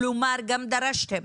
כלומר גם דרשתם